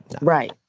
Right